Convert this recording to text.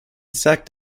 sacked